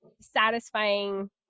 satisfying